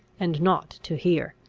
and not to hear.